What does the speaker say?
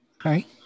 Okay